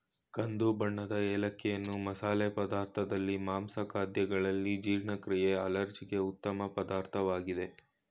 ಕಂದು ಬಣ್ಣದ ಏಲಕ್ಕಿಯನ್ನು ಮಸಾಲೆ ಪದಾರ್ಥದಲ್ಲಿ, ಮಾಂಸ ಖಾದ್ಯಗಳಲ್ಲಿ, ಜೀರ್ಣಕ್ರಿಯೆ ಅಲರ್ಜಿಗೆ ಉತ್ತಮ ಪದಾರ್ಥವಾಗಿದೆ